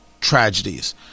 tragedies